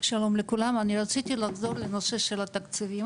שלום לכולם, אני רציתי לחזור לנושא של התקציבים.